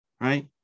right